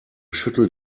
schüttelt